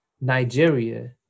Nigeria